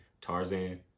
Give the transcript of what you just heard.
Tarzan